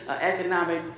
economic